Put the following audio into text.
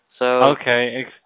Okay